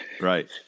Right